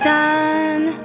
done